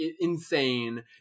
insane